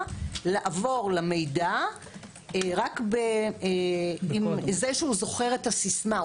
לעבור למידע רק עם זה שהוא זוכר את הסיסמה.